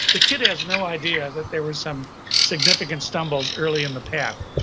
the kid has no idea that there were some significant stumbles early in the path.